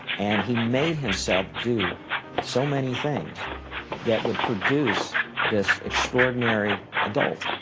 and he made himself do so many things that would produce this extraordinary adult.